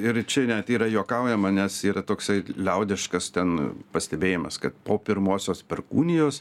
ir čia net yra juokaujama nes yra toksai liaudiškas ten pastebėjimas kad po pirmosios perkūnijos